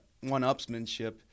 one-upsmanship